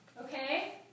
Okay